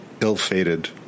ill-fated